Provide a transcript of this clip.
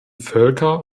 völker